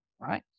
Right